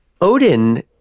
Odin